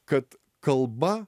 kad kalba